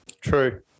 True